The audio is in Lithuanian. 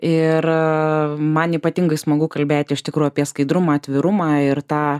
ir man ypatingai smagu kalbėti iš tikro apie skaidrumą atvirumą ir tą